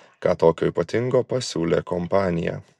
ką tokio ypatingo pasiūlė kompanija